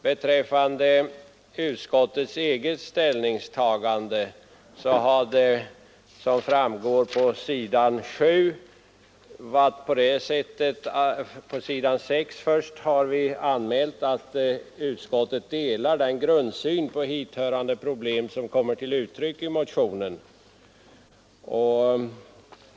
När det gäller utskottets eget ställningstagande har vi på s. 6 i betänkandet anmält att utskottet delar ”den grundsyn på hithörande problem som kommer till uttryck i motionen.